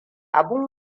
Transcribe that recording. abin